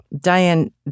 Diane